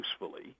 usefully